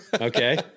Okay